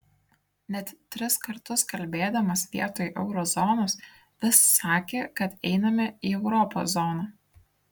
net tris kartus kalbėdamas vietoj euro zonos vis sakė kad einame į europos zoną